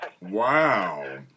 Wow